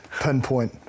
pinpoint